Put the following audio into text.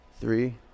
Three